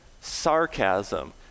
sarcasm